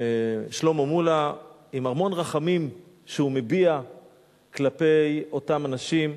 שלמה מולה עם המון רחמים שהוא מביע כלפי אותם אנשים.